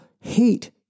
hate